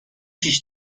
پیش